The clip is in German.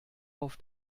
auf